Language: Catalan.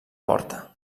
porta